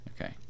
Okay